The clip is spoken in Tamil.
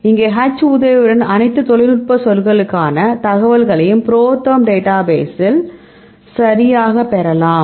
இங்கே H உதவியுடன் அனைத்து தொழில்நுட்ப சொற்களுக்கான தகவல்களையும் ProTherm டேட்டா பேசில் சரியாகப் பெறலாம்